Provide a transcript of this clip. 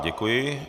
Děkuji.